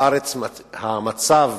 המצב